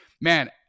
Man